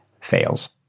fails